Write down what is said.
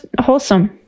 wholesome